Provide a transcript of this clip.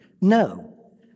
No